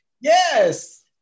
Yes